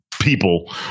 people